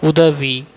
உதவி